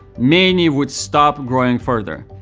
many would stop growing further,